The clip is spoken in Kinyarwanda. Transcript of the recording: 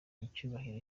icyubahiro